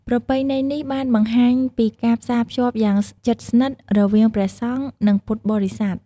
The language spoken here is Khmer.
ប្រពៃណីនេះបានបង្ហាញពីការផ្សារភ្ជាប់យ៉ាងជិតស្និទ្ធរវាងព្រះសង្ឃ និងពុទ្ធបរិស័ទ។